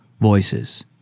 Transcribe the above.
voices